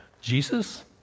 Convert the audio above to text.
Jesus